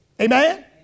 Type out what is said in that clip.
Amen